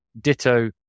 Ditto